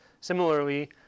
Similarly